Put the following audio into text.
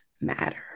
matter